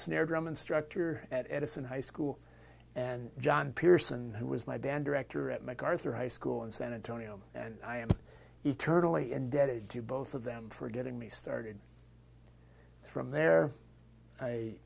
snare drum instructor at edison high school and john pearson who was my band director at mcarthur high school and senatorial and i am eternally indebted to both of them for getting me started from there i